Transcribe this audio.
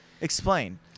Explain